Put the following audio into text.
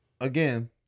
again